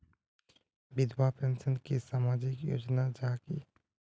विधवा पेंशन की सामाजिक योजना जाहा की?